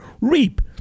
reap